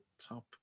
top